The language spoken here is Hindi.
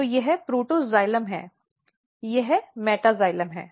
तो यह प्रोटोक्साइलम है यह मेटैक्साइलम है